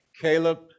caleb